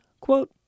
quote